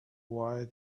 why